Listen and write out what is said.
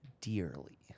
dearly